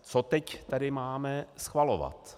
Co teď tady máme schvalovat?